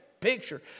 picture